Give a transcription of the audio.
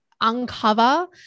uncover